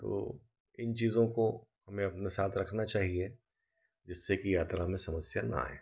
तो इन चीज़ों को हमें अपने साथ रखनी चाहिए जिससे कि यात्रा में समस्या न आए